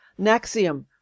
Naxium